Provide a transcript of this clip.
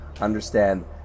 understand